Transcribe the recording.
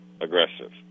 aggressive